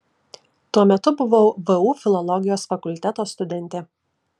tuo metu buvau vu filologijos fakulteto studentė